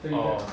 oh